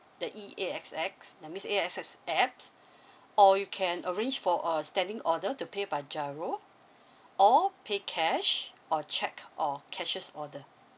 e A_X_S that means A_X_S apps or you can arrange for a standing order to pay by GIRO or pay cash or cheque or cashier's order